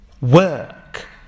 work